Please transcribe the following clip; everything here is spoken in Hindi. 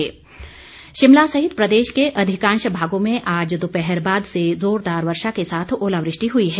मौसम शिमला सहित प्रदेश के अधिकांश भागों में आज दोपहर बाद से जोरदार वर्षा के साथ ओलावृष्टि हुई है